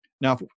Now